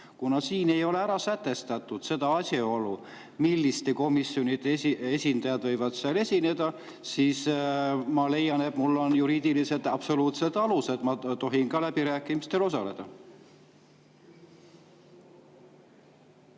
Kuna siin ei ole ära sätestatud seda asjaolu, milliste komisjonide esindajad võivad esineda, siis ma leian, et mul on juriidiliselt absoluutsed alused ja ma tohin ka läbirääkimistel osaleda.